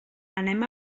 anem